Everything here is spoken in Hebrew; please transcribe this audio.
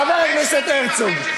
חבר הכנסת הרצוג,